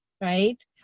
right